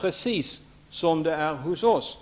Precis som det är hos oss,